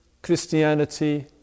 Christianity